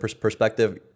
perspective